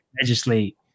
legislate